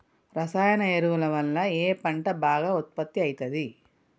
రసాయన ఎరువుల వల్ల ఏ పంట బాగా ఉత్పత్తి అయితది?